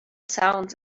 sounds